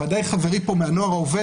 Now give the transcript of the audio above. ודאי חברי פה מהנוער העובד,